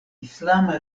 islama